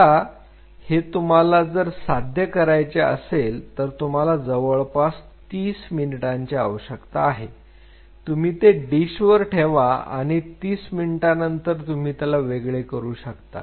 आणि हे तुम्हाला जर साध्य करायचे असेल तर तुम्हाला जवळपास 30 मिनिटांची आवश्यकता आहे तुम्ही ते डिशवर ठेवा आणि 30 मिनिटानंतर तुम्ही त्याला वेगळे करू शकता